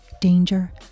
danger